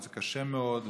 וזה קשה מאוד,